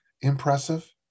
impressive